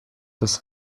das